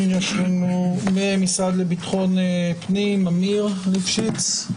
מהמשרד לביטחון פנים, אמיר ליפשיץ,